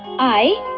i.